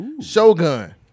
Shogun